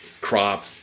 crop